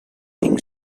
cinc